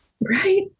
right